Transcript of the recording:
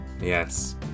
Yes